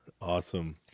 Awesome